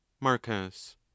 marcus